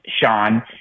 Sean